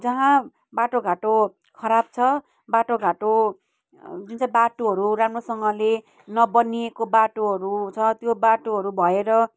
जहाँ बाटोघाटो खराब छ बाटोघाटो जुन चाहिँ बाटोहरू राम्रोसँगले नबनिएको बाटोहरू छ त्यो बाटोहरू भएर